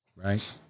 right